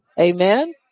Amen